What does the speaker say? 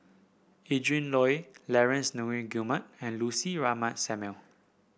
Adrin Loi Laurence Nunns Guillemard and Lucy Ratnammah Samuel